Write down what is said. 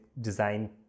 design